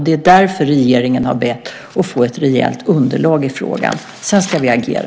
Därför har regeringen bett att få ett rejält underlag i frågan. Sedan ska vi agera.